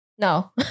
No